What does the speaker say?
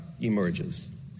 emerges